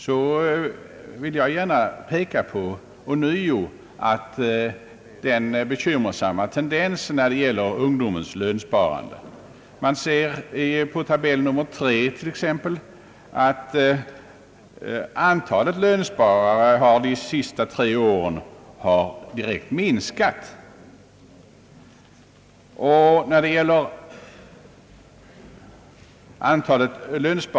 Då vill jag ånyo peka på den bekymmersamma tendensen när det gäller ungdomens lönsparande. Man ser i bilaga 3 att antalet nytillkomna lönsparare direkt har minskat de senaste tre åren.